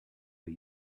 but